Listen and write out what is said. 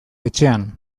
etxean